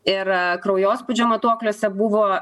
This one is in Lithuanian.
ir kraujospūdžio matuokliuose buvo